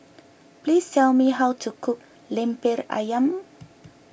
please tell me how to cook Lemper Ayam